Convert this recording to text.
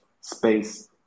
space